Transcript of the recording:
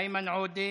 איימן עודה,